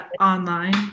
online